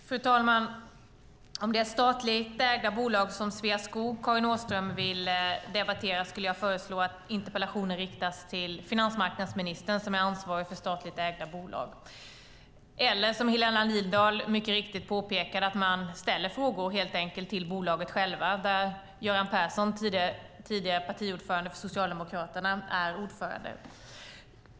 Fru talman! Om det är statligt ägda bolag som Sveaskog Karin Åström vill debattera skulle jag föreslå att interpellationen riktas till finansmarknadsministern som är ansvarig för statligt ägda bolag eller, som Helena Lindahl mycket riktigt påpekade, att man ställer frågor direkt till bolaget, där ju Göran Persson, tidigare ordförande för Socialdemokraterna, är ordförande.